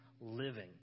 living